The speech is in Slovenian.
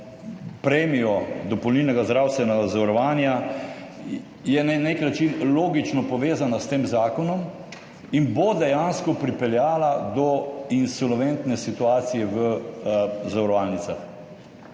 premijo dopolnilnega zdravstvenega zavarovanja, je na nek način logično povezana s tem zakonom in bo dejansko pripeljala do insolventne situacije v zavarovalnicah.